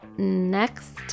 Next